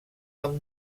amb